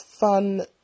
fun